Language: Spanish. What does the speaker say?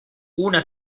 una